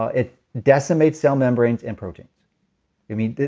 it decimates cell membranes and proteins i mean,